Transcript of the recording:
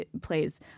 plays